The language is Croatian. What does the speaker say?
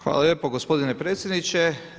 Hvala lijepo gospodine predsjedniče.